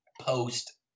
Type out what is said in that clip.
post